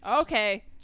Okay